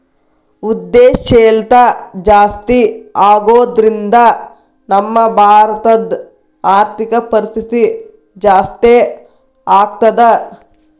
ಉದ್ಯಂಶೇಲ್ತಾ ಜಾಸ್ತಿಆಗೊದ್ರಿಂದಾ ನಮ್ಮ ಭಾರತದ್ ಆರ್ಥಿಕ ಪರಿಸ್ಥಿತಿ ಜಾಸ್ತೇಆಗ್ತದ